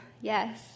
Yes